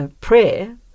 prayer